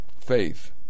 Faith